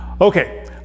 okay